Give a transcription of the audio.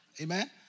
Amen